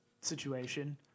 situation